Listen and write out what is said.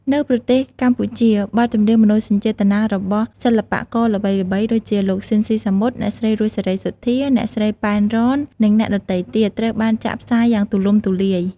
នៅប្រទេសកម្ពុជា បទចម្រៀងមនោសញ្ចេតនារបស់សិល្បករល្បីៗដូចជា លោក ស៊ីន ស៊ីសាមុត អ្នកស្រី រស់ សេរីសុទ្ធា អ្នកស្រី ប៉ែន រ៉ន និងអ្នកដទៃទៀត ត្រូវបានចាក់ផ្សាយយ៉ាងទូលំទូលាយ។